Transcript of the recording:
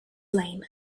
lame